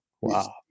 Wow